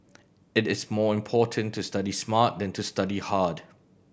it is more important to study smart than to study hard